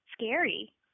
scary